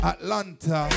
Atlanta